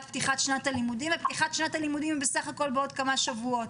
פתיחת שנת הלימודים שהיא בסך הכול בעוד כמה שבועות.